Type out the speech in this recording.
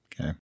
Okay